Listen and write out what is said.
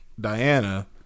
diana